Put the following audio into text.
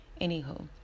Anywho